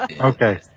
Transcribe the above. Okay